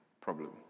problem